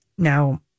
Now